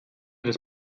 das